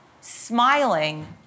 smiling